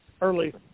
early